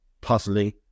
puzzling